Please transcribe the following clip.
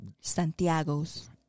Santiago's